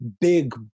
big